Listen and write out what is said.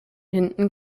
hinten